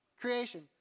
Creation